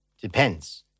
Depends